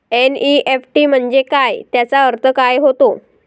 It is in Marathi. एन.ई.एफ.टी म्हंजे काय, त्याचा अर्थ काय होते?